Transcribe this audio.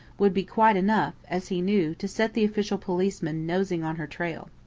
would be quite enough, as he knew, to set the official policeman nosing on her trail.